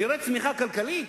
נראה צמיחה כלכלית,